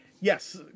yes